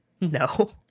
No